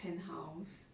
penthouse